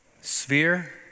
sphere